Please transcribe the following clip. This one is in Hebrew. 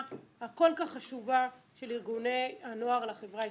הכול-כך חשובה של ארגוני הנוער לחברה הישראלית.